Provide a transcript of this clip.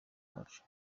wacu